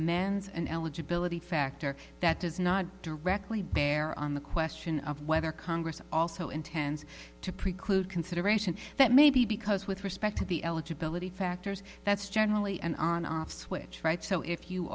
amends an eligibility factor that does not directly bear on the question of whether congress also intends to preclude consideration that may be because with respect to the eligibility factors that's generally an on off switch right so if you